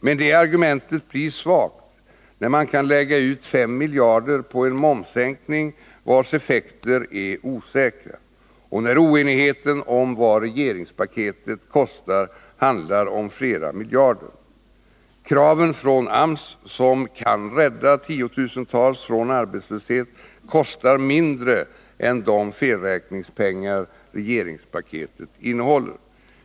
Men det argumentet blir svagt när man kan lägga ut 5 miljarder på en momssänkning, vars effekter är osäkra, och när oenigheten om vad regeringspaketet kostar handlar om flera miljarder. Kraven från AMS, som kan rädda tiotusentals från arbetslöshet, kostar mindre än de felräkningspengar regeringspaketet innehåller.